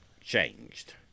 changed